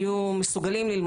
שהיא סגנית נשיא